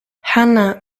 hana